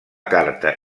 carta